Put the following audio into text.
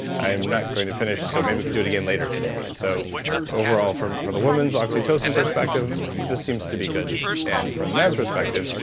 i'm not going to finish so maybe we could do it again later today. and so overall for for the women's oxytocin perspective, this seems to be good and for the men's perspective,